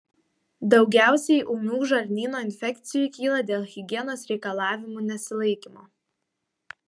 daugiausiai ūmių žarnyno infekcijų kyla dėl higienos reikalavimų nesilaikymo